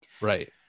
right